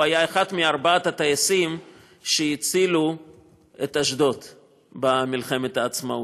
הוא היה אחד מארבעת הטייסים שהצילו את אשדוד במלחמת העצמאות.